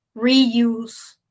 reuse